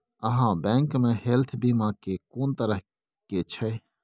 आहाँ बैंक मे हेल्थ बीमा के कोन तरह के छै?